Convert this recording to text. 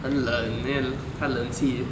很冷 then 叹冷气